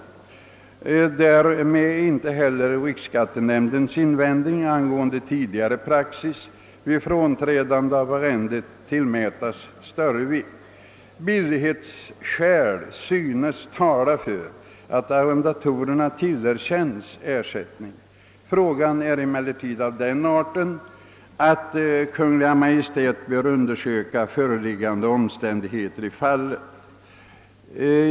Därmed kan inte heller riksskattenämndens invändning angående tidigare praxis vid frånträdande av arrende tillmätas större vikt. Billighetsskäl synes tala för att arrendatorerna tillerkännes ersättning. Frågan är emellertid av den arten att Kungl. Maj:t bör undersöka föreliggande omständigheter i fallet.